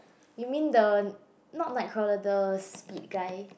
you mean the not Nightcrawler the speed guy